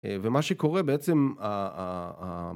ומה שקורה בעצם